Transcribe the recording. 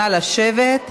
נא לשבת.